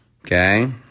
okay